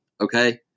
okay